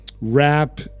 rap